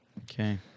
Okay